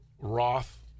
Roth